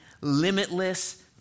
limitless